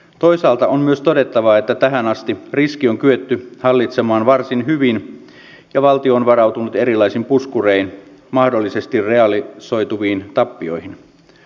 toisaalta on myös todettava että tähän asti riski on kyetty hallitsemaan varsin hyvin ja valtio on varautunut erilaisin puskurein mahdollisesti realisoituviin tappioihin